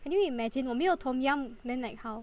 can you imagine 我没有 tom yum then like how